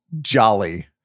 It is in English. jolly